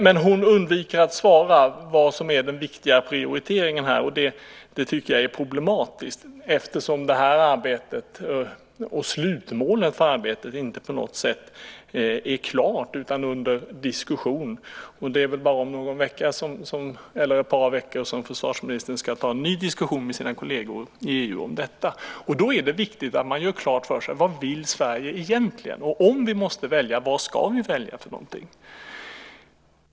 Men hon undviker att svara på vad som är den viktiga prioriteringen, och det är problematiskt, eftersom det här arbetet och slutmålet för arbetet inte på något sätt är klart utan är under diskussion. Det är väl om bara ett par veckor som försvarsministern ska ta en ny diskussion om detta med sina kolleger i EU. Då är det viktigt att man gör klart för sig vad Sverige egentligen vill och vad vi ska välja om vi måste välja.